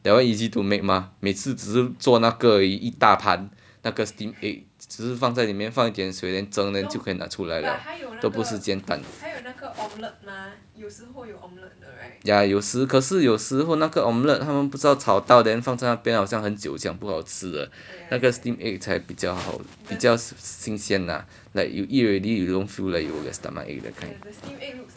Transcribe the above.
that one easy to make mah 每次只做那个一大盘那个 steam egg 只是放在里面放一点水 then 蒸 then 就可以拿出来了都不是煎蛋 yeah 有时可是有时候那个 omelette 他们不知道炒到 then 放在那边好像很久这样不好吃的那个 steam egg tart 比较好比较新鲜啦 like you eat already you don't feel like you will get stomachache that kind